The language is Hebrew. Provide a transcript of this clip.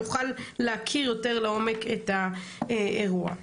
שנוכל להכיר יותר לעומק את האירוע.